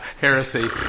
heresy